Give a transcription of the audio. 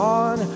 on